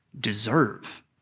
deserve